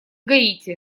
гаити